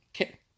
Okay